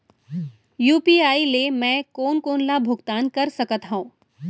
UPI ले मैं कोन कोन ला भुगतान कर सकत हओं?